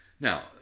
Now